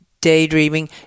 daydreaming